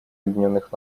объединенных